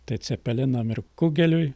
tai cepelinam ir kugeliui